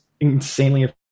insanely